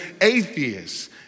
atheists